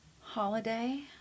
Holiday